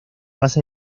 base